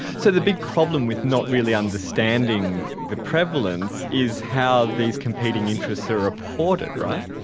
so the big problem with not really understanding the prevalence is how these competing interests are reported, right?